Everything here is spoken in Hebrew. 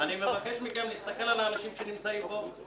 מבקש מכם להסתכל על האנשים שנמצאים פה,